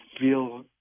feel